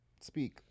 Speak